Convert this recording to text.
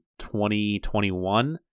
2021